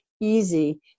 easy